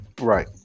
right